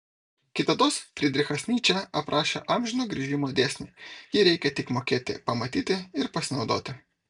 kitados frydrichas nyčė aprašė amžino grįžimo dėsnį jį reikią tik mokėti pamatyti ir pasinaudoti